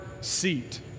seat